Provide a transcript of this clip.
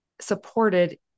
supported